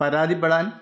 പരാതിപ്പെടാന്